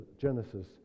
Genesis